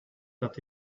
that